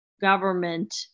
government